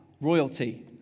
royalty